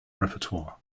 repertoire